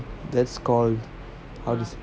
that's called